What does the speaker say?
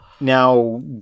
Now